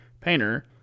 Painter